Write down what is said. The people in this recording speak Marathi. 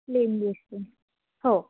प्लेन बी एससी हो